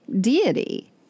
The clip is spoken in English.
deity